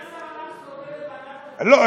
סגן השר אמר שאתה עובד, לא.